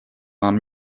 нам